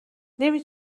نمی